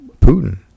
Putin